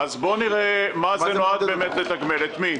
בואו נראה מה זה נועד לתגמל ואת מי.